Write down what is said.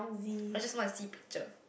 I just wanna see picture